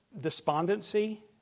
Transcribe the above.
despondency